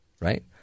right